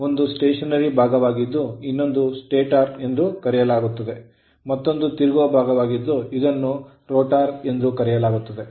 ಒಂದು ಸ್ಟೇಷನರಿ ಭಾಗವಾಗಿದ್ದು ಇದನ್ನು stator ಎಂದು ಕರೆಯಲಾಗುತ್ತದೆ ಮತ್ತೊಂದು ತಿರುಗುವ ಭಾಗವಾಗಿದೆ ಇದನ್ನು rotor ಎಂದು ಕರೆಯಲಾಗುತ್ತದೆ